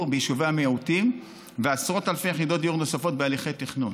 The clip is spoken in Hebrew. ביישובי המיעוטים ועשרות אלפי יחידות דיור נוספות בהליכי תכנון.